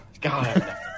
God